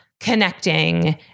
connecting